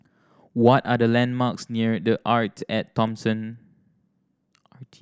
what are the landmarks near The Arte At Thomson